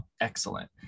excellent